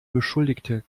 beschuldigte